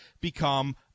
become